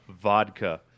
vodka